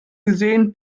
gesehen